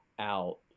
out